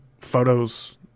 Photos